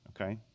Okay